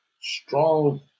strong